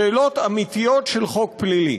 שאלות אמיתיות של חוק פלילי.